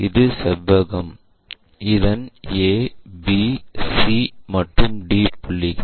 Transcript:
இது செவ்வகம் இதன் A B C மற்றும் D புள்ளிகள்